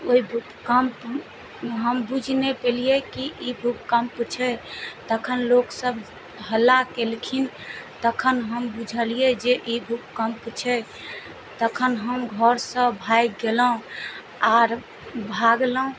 ओहि भुकम्प हम बुझि नहि पेलियै कि ई भुकम्प छै तखन लोक सब हला केलखिन तखन हम बुझलियै जे ई भुकम्प छै तखन हम घरसँ भागि गेलहुॅं आर भागलहुॅं